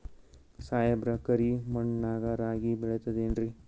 ಸಾಹೇಬ್ರ, ಕರಿ ಮಣ್ ನಾಗ ರಾಗಿ ಬೆಳಿತದೇನ್ರಿ?